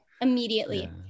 Immediately